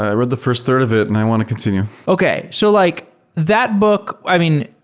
i read the fi rst third of it, and i want to continue okay. so like that book i mean,